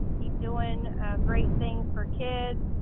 keep doing great things for kids.